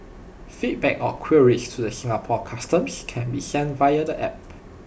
feedback or queries to the Singapore Customs can be sent via the app